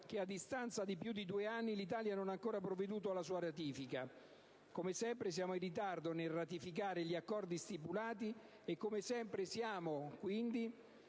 che, a distanza di più di due anni, l'Italia non ha ancora provveduto alla sua ratifica. Come sempre siamo in ritardo nel ratificare gli accordi stipulati, e come sempre siamo quindi